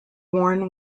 worn